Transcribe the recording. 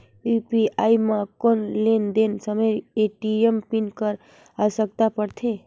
UPI म कौन लेन देन समय ए.टी.एम पिन कर आवश्यकता पड़थे?